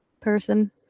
person